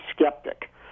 skeptic